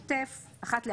בשוטף אחת לארבע,